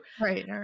Right